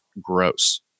gross